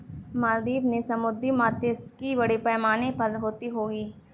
मालदीव में समुद्री मात्स्यिकी बड़े पैमाने पर होती होगी